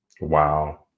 Wow